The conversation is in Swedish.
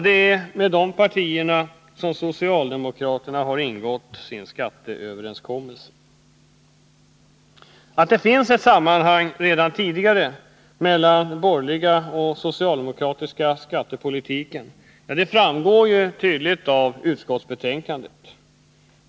Det är med de partierna som socialdemokraterna har ingått sin skatteöverenskommelse. Att det finns ett sammanhang redan tidigare mellan borgerlig och socialdemokratisk skattepolitik framgår tydligt av utskottsbetänkandet.